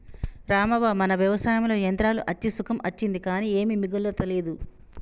రామవ్వ మన వ్యవసాయంలో యంత్రాలు అచ్చి సుఖం అచ్చింది కానీ ఏమీ మిగులతలేదు